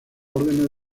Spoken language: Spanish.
órdenes